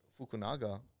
Fukunaga